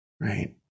right